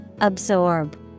Absorb